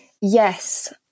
yes